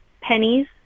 pennies